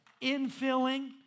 infilling